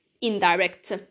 indirect